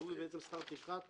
שהם בעצם שכר טרחת